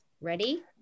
Ready